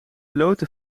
blote